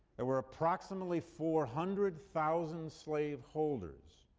there were approximately four hundred thousand slaveholders,